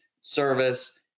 service